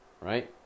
right